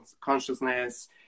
consciousness